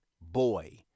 boy